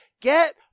Get